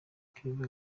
claver